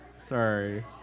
sorry